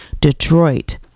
detroit